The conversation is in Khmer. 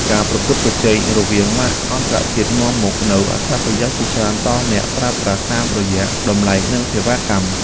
ការប្រកួតប្រជែងរវាងម៉ាកអន្តរជាតិនាំមកនូវអត្ថប្រយោជន៍ជាច្រើនដល់អ្នកប្រើប្រាស់តាមរយៈតម្លៃនិងសេវាកម្ម។